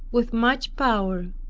with much power,